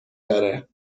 داره